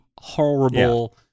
horrible